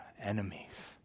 enemies